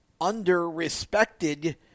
under-respected